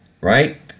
right